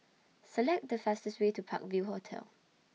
Select The fastest Way to Park View Hotel